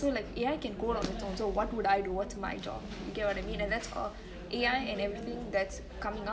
I feel like A_I can go on its own so what would I do what's my job you get what I mean and A_I and everything that's coming up